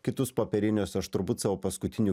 kitus popierinius aš turbūt savo paskutinių